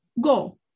go